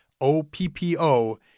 O-P-P-O